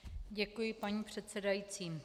Děkuji, paní předsedající.